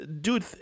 Dude